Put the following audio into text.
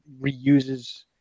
reuses